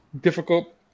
difficult